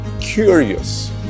curious